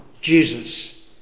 Jesus